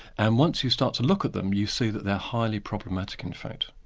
and once you start to look at them you see that they're highly problematic in fact.